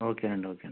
ఓకేను అండి ఓకేను అండి